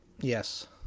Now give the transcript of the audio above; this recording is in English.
yes